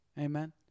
Amen